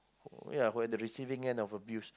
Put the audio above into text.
ya for the receiving end of abuse